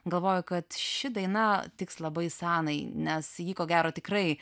galvoju kad ši daina tiks labai sanai nes ji ko gero tikrai